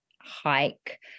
hike